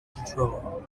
control